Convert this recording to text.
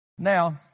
Now